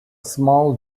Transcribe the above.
small